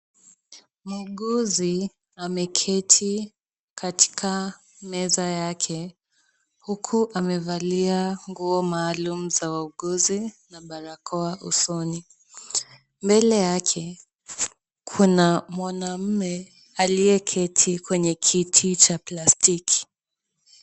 Muuguzi ameketi katika meza yake huku amevalia nguo maalum za wauguzi na barakoa usoni. Mbele yake kuna mwanaume aliyeketi kwenye kiti cha plastiki.